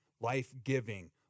life-giving